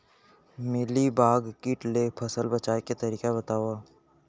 Mealybug kit ले फसल बचाए के तरीका बतावव?